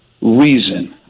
reason